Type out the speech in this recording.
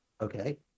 Okay